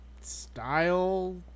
style